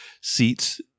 seats